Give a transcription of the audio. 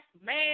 man